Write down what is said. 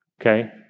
okay